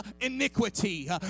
iniquity